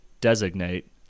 designate